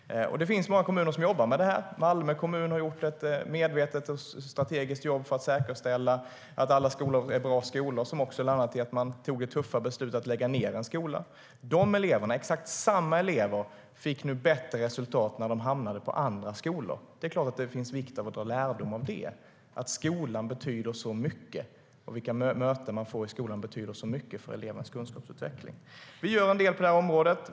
Det finns många kommuner som jobbar med detta. Malmö kommun har gjort ett medvetet och strategiskt jobb för att säkerställa att alla skolor är bra skolor, vilket också har lett till att man tog det tuffa beslutet att lägga ned en skola. De eleverna - exakt samma elever - fick bättre resultat när de hamnade på andra skolor. Det är klart att det är viktigt att dra lärdom av det. Skolan betyder så mycket, och vilka möten de får i skolan betyder så mycket för elevernas kunskapsutveckling. Vi gör en del på det här området.